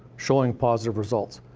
showing positive results.